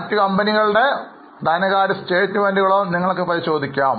മറ്റു കമ്പനികളുടെ ധനകാര്യ സ്റ്റേറ്റ്മെൻറ്കളും നിങ്ങൾക്ക് പരിശോധിക്കാം